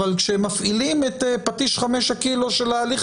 אבל כשמפעילים את פטיש חמישה הקילו של ההליך